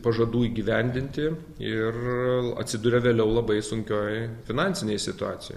pažadų įgyvendinti ir atsiduria vėliau labai sunkioj finansinėj situacijoj